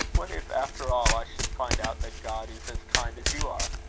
what if, after all, i should find out that god is as kind as you are!